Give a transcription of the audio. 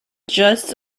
just